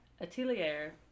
Atelier